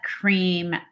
cream